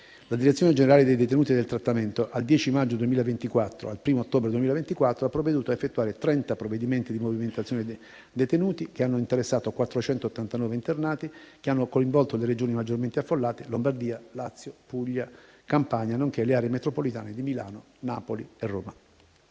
La Direzione generale dei detenuti e del trattamento, al 10 maggio 2024 e al 1° ottobre 2024, ha provveduto a effettuare 30 provvedimenti di movimentazione di detenuti che hanno interessato 489 internati e coinvolto le Regioni maggiormente affollate (Lombardia, Lazio, Puglia e Campania), nonché le aree metropolitane di Milano, Napoli e Roma.